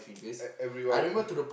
e~ everyone